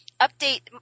update